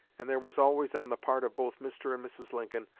and there was always, on the part of both mr. and mrs. lincoln,